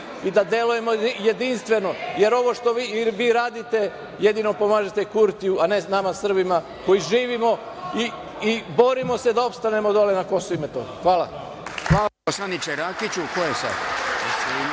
i da delujemo jedinstveno. Jer, ovo što vi radite, jedino pomažete Kurtiju a ne nama Srbima koji živimo i borimo se da opstanemo dole na Kosovu i Metohiji. Hvala.